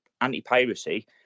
anti-piracy